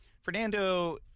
Fernando